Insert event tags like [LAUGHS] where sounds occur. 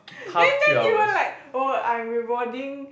[LAUGHS] then then you were like oh I'm rewarding